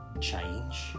change